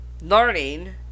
learning